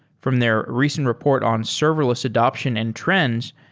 from their recent report on serverless adaption and trends,